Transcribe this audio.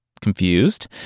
confused